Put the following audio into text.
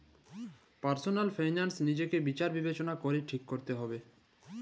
personal finance লিজকে বিচার বিবচলা ক্যরে ঠিক ক্যরতে হুব্যে